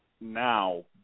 now